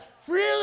freely